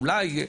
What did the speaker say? אולי,